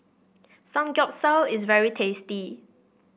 samgeyopsal is very tasty